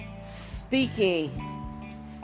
speaking